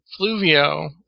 Fluvio